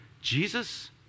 Jesus